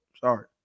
Sorry